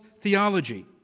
theology